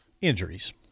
Injuries